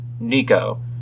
Nico